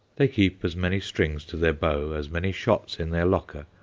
they keep as many strings to their bow, as many shots in their locker,